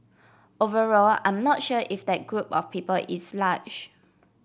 overall I'm not sure if that group of people is large